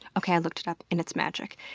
ok, i looked it up and it's magic.